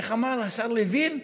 איך אמר השר לוין?